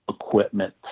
equipment